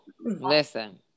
Listen